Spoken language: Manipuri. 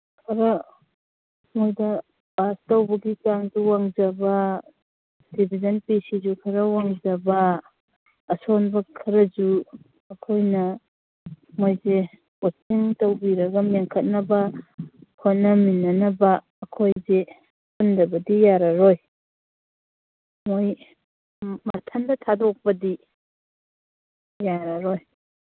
ꯑꯗꯣ ꯃꯣꯏꯗ ꯄꯥꯁ ꯇꯧꯕꯒꯤ ꯆꯥꯡꯁꯨ ꯋꯥꯡꯖꯕ ꯗꯤꯕꯤꯖꯟ ꯄꯤ ꯁꯤꯁꯨ ꯈꯔ ꯋꯥꯡꯖꯕ ꯑꯁꯣꯟꯕ ꯈꯔꯁꯨ ꯑꯩꯈꯣꯏꯅ ꯃꯣꯏꯁꯦ ꯀꯣꯆꯤꯡ ꯇꯧꯕꯤꯔꯒ ꯃꯦꯟꯈꯠꯅꯕ ꯍꯣꯠꯅꯃꯤꯟꯅꯅꯕ ꯑꯩꯈꯣꯏꯁꯦ ꯄꯨꯟꯗꯕꯗꯤ ꯌꯥꯔꯔꯣꯏ ꯃꯣꯏ ꯃꯊꯟꯗ ꯊꯥꯗꯣꯛꯄꯗꯤ ꯌꯥꯔꯔꯣꯏ